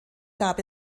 gab